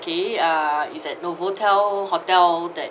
okay uh it's at novotel hotel that